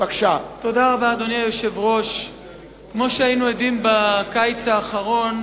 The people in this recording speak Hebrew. תודה רבה, כמו שהיינו בקיץ האחרון,